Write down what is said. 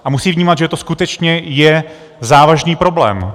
A musí vnímat, že je to skutečně závažný problém.